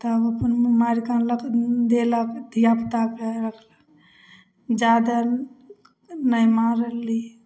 तब ओकरा मारिके आनलक देलक धिआपुताके जाधरि नहि मारलहुँ